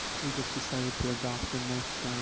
we just decided to adopt the most, ah,